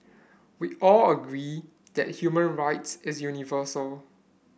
we all agree that human rights is universal